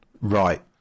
Right